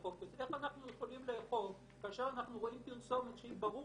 איך אנחנו יכולים לאכוף כאשר אנחנו רואים שברור